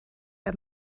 bei